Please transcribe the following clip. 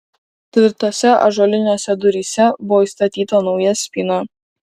tvirtose ąžuolinėse duryse buvo įstatyta nauja spyna